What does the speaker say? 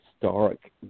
historic